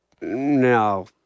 No